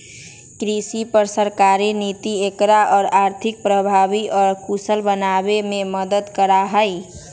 कृषि पर सरकारी नीति एकरा और अधिक प्रभावी और कुशल बनावे में मदद करा हई